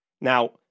Now